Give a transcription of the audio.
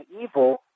evil